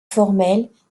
formelles